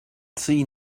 seen